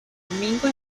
domingo